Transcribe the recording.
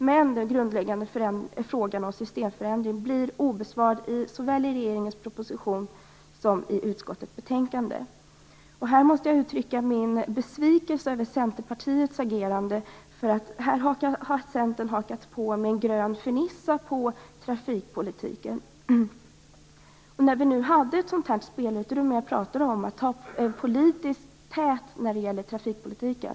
Men den grundläggande frågan om systemförändring blir obesvarad såväl i regeringens proposition som i utskottets betänkande. Här måste jag uttrycka min besvikelse över Centerpartiets agerande. Här har Centern hakat på med en grön fernissa på trafikpolitiken. Nu hade vi det spelutrymme jag pratade om och kunde ha tagit en politisk tät i trafikpolitiken.